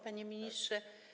Panie Ministrze!